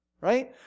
right